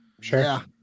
Sure